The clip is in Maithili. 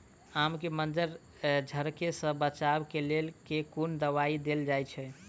आम केँ मंजर झरके सऽ बचाब केँ लेल केँ कुन दवाई देल जाएँ छैय?